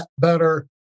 better